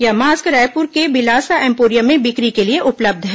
यह मास्क रायपुर के बिलासा एम्पोरियम में बिक्री के लिए उपलब्ध है